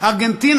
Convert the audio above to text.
ארגנטינה,